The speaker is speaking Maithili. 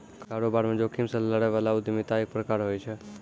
कारोबार म जोखिम से लड़ै बला उद्यमिता एक प्रकार होय छै